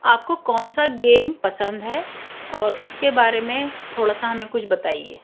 آپ کو کون سا گیم پسند ہے اور اس کے بارے میں تھوڑا سا ہمیں کچھ بتائیے